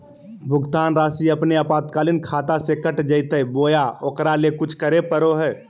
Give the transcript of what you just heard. भुक्तान रासि अपने आपातकालीन खाता से कट जैतैय बोया ओकरा ले कुछ करे परो है?